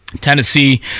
Tennessee